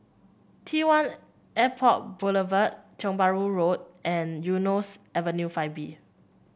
T One Airport Boulevard Tiong Bahru Road and Eunos Avenue Five B